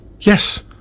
Yes